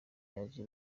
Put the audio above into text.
yaje